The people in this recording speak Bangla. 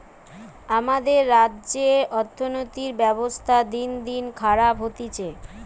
আমাদের রাজ্যের অর্থনীতির ব্যবস্থা দিনদিন খারাপ হতিছে